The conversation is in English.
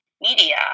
media